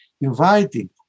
inviting